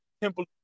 Temple